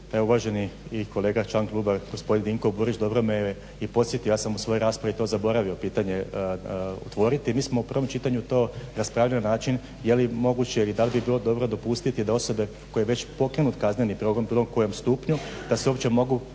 uvaženi i kolega, član kuba gospodin Dinko Burić dobro me je i podsjetio. Ja sam u svojoj raspravi to zaboravio to pitanje otvoriti. Mi smo u prvom čitanju to raspravljali na način je li moguće ili da li bi bilo dobro dopustiti da osobe koji je već pokrenut kazneni progon u bilo kojem stupnju, da se uopće